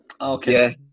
Okay